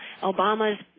Obama's